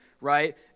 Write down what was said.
right